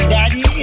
Daddy